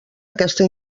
aquesta